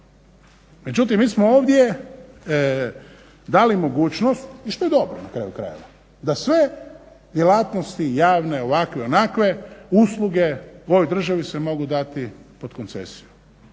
Međutim, mi smo ovdje dali mogućnost i što je dobro na kraju krajeva, da sve djelatnosti javne, ovakve, onakve, usluge u ovoj državi se mogu dati pod koncesiju,